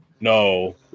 No